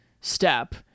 Step